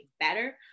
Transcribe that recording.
better